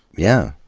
yeah.